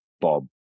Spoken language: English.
Bob